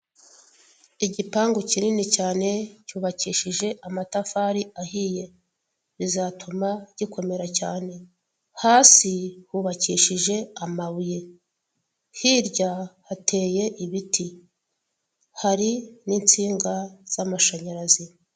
Igipangu kinini cyane cyubakishije amatafari ahiye bizatuma gikomera cyane hasi hubakishije amabuye hirya hateye ibiti hari ninsinga z'amashanyarazi.